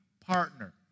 partner